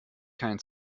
kein